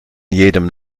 jedem